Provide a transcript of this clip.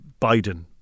Biden